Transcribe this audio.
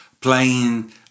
playing